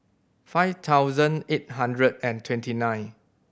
five thousand eight hundred and twenty nine